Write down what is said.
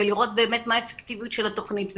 ולראות באמת מה האפקטיביות של התוכנית.